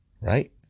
Right